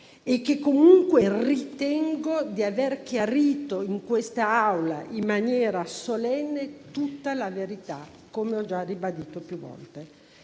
Comunque ritengo di aver chiarito in quest'Aula, in maniera solenne, tutta la verità, come ho già ribadito più volte.